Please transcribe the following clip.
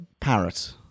parrot